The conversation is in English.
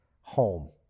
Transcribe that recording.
home